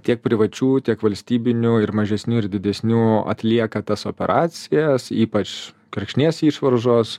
tiek privačių tiek valstybinių ir mažesnių ir didesnių atlieka tas operacijas ypač kirkšnies išvaržos